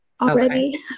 already